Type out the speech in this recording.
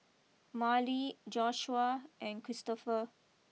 Marlee Joshuah and Cristopher